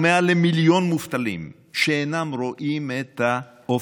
ומעל למיליון מובטלים שאינם רואים את האופק.